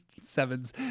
sevens